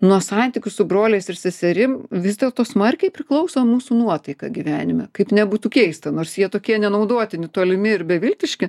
nuo santykių su broliais ir seserim vis dėlto smarkiai priklauso mūsų nuotaika gyvenime kaip nebūtų keista nors jie tokie nenaudotini tolimi ir beviltiški